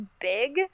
big